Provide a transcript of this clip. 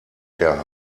der